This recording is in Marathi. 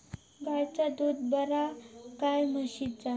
गायचा दूध बरा काय म्हशीचा?